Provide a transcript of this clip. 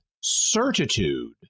certitude